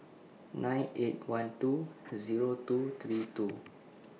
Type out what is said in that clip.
nine eight one two Zero two three two